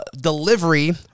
delivery